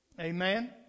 Amen